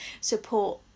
support